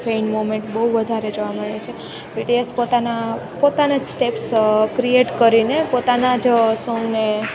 fan moment બહુ વધારે જોવા મળે છે બિટીએસ પોતાના પોતાના જ સ્ટેપ્સ ક્રિએટ કરીને પોતાના જ સોંગને